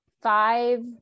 five